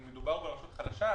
מדובר ברשות חלשה,